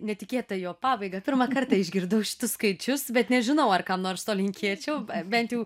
netikėtą jo pabaigą pirmą kartą išgirdau šitus skaičius bet nežinau ar kam nors to linkėčiau bent jau